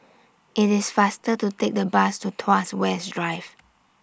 IT IS faster to Take The Bus to Tuas West Drive